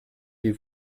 die